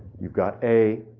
you've got a,